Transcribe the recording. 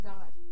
God